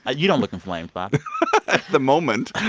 ah you don't look inflamed, bob at the moment